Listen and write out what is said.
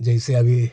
जैसे अभी